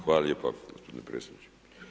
Hvala lijepa gospodine predsjedniče.